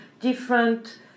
different